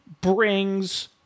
brings